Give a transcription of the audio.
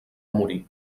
morir